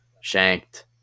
shanked